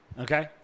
Okay